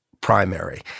primary